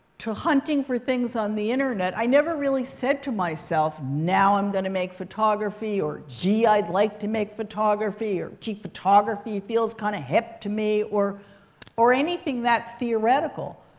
to hunting for things on the internet. i never really said to myself, now i'm going to make photography or gee, i'd like to make photography or photography feels kind of hip to me or or anything that theoretical.